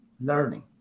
learning